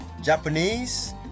Japanese